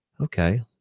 okay